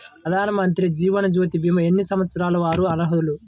ప్రధానమంత్రి జీవనజ్యోతి భీమా ఎన్ని సంవత్సరాల వారు అర్హులు?